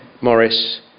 Morris